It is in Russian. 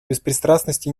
беспристрастности